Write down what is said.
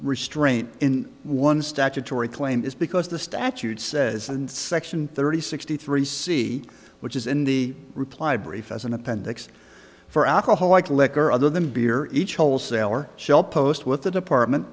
restraint in one statutory claim is because the statute says and section thirty sixty three see which is in the reply brief as an appendix for alcohol like liquor other than beer each wholesaler shall post with the department